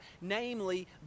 namely